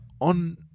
on